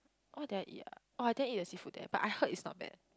what did I eat ah orh I didn't eat the seafood there but I heard is not bad